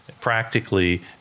practically